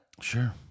Sure